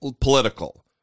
political